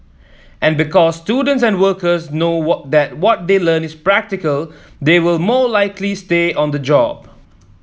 and because students and workers know what that what they learn is practical they will more likely stay on the job